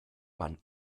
man